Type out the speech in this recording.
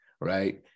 right